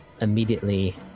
immediately